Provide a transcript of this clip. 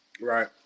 Right